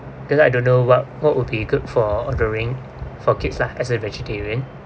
because I don't know what what would be good for ordering for kids lah as a vegetarian